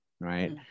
right